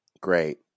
great